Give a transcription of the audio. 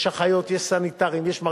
יש אחיות, יש סניטרים, יש מרדימים,